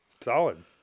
Solid